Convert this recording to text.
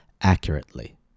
accurately